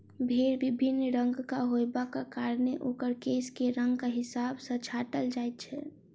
भेंड़ विभिन्न रंगक होयबाक कारणेँ ओकर केश के रंगक हिसाब सॅ छाँटल जाइत छै